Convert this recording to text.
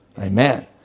Amen